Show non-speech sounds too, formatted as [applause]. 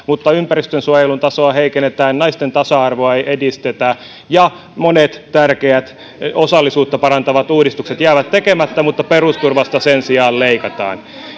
[unintelligible] mutta ympäristönsuojelun tasoa heikennetään naisten tasa arvoa ei edistetä ja monet tärkeät osallisuutta parantavat uudistukset jäävät tekemättä mutta perusturvasta sen sijaan leikataan